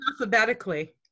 alphabetically